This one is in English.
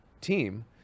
team